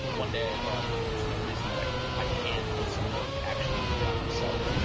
one day i thought there is no reason that i i can't with some work actually do that myself